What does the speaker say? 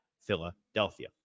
Philadelphia